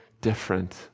different